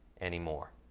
anymore